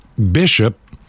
bishop